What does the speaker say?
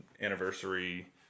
anniversary